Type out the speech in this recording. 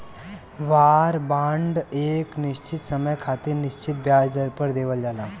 वार bond एक निश्चित समय खातिर निश्चित ब्याज दर पर देवल जाला